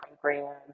program